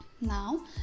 Now